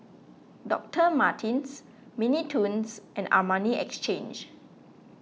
Doctor Martens Mini Toons and Armani Exchange